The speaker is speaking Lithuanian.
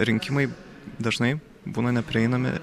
rinkimai dažnai būna neprieinami